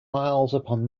upon